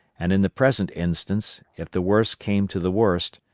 and in the present instance, if the worst came to the worst,